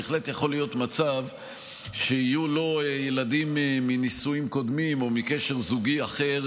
בהחלט יכול להיות מצב שיהיו לו ילדים מנישואים קודמים או מקשר זוגי אחר,